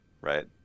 right